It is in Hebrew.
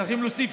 צריכים להוסיף,